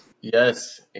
Yes